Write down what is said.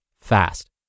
fast